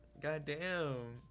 Goddamn